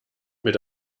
mit